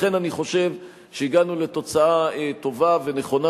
לכן אני חושב שהגענו לתוצאה טובה ונכונה,